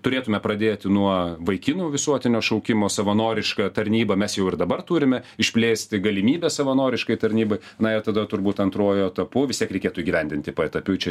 turėtume pradėti nuo vaikinų visuotinio šaukimo savanorišką tarnybą mes jau ir dabar turime išplėsti galimybes savanoriškai tarnybai na ir tada turbūt antruoju etapu vis tiek reikėtų įgyvendinti paetapiui čia